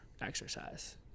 exercise